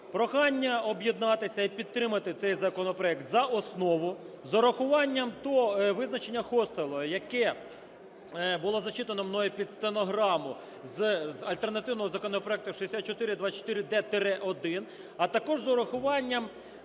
прохання об'єднатися і підтримати цей законопроект за основу з урахуванням визначення хостелу, яке було зачитано мною під стенограму з альтернативного законопроекту 6424-1. А також з урахуванням